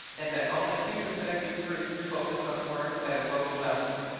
and that only two percent of these groups focused on work at a global level.